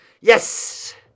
Yes